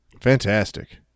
fantastic